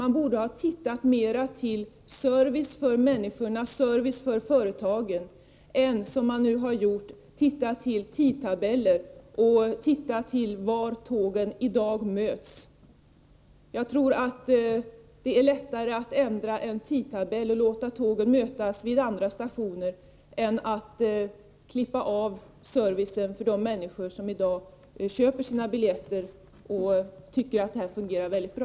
Man borde ha tittat mer på hur man skulle kunna ge service till människorna och företagen än, som man nu har gjort, på tidtabeller och var tågen i dag möts. Jag tror att det är lättare att ändra en tidtabell och låta tågen mötas vid andra stationer än de gjort än att klippa av servicen för de människor som i dag köper sina biljetter vid en viss station och tycker att det hela fungerar väldigt bra.